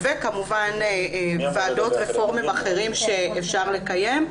וכמובן ועדות ופורומים אחרים שאפשר לקיים,